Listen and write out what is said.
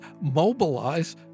mobilize